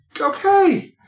okay